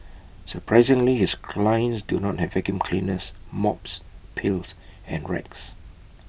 surprisingly his clients do not have vacuum cleaners mops pails and rags